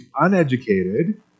uneducated